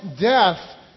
death